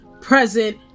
present